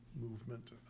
movement